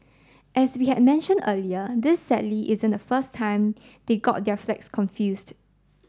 as we had mentioned earlier this sadly isn't the first time they got their flags confused